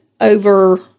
over